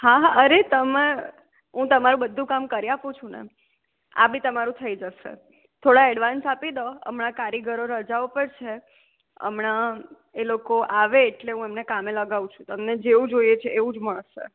હા હા અરે તમે હું તમારું બધું કામ કરી આપું છું ને આ બી તમારું થઈ જશે થોડા એડવાન્સ આપી દો હમણાં કારીગરો રજા ઉપર છે હમણાં એ લોકો આવે એટલે હું એમને કામે લગાવું છું તમને જેવું જોઈએ છે એવું જ મળશે